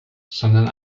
sondern